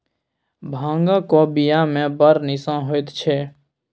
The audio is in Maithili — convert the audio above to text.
भांगक बियामे बड़ निशा होएत छै